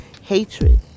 hatred